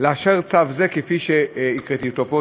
לאשר צו זה כפי שהקראתי אותו פה.